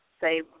say